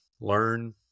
Learn